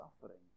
suffering